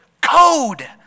code